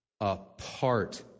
apart